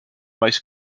most